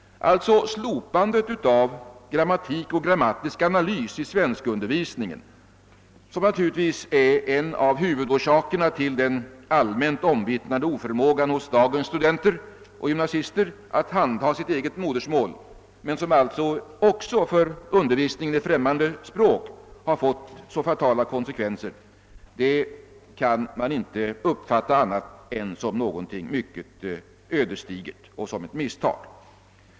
Slopandet av grammatik och grammatisk analys i svenskundervisningen, som naturligtvis är en av huvudorsakerna till den allmänt omvittnade oförmågan hos dagens studenter och gymnasister att handha sitt eget modersmål men som alltså även för undervisningen i främmande språk har fått så fatala konsekvenser, kan man inte uppfatta annat än som ett mycket ödesdigert misstag.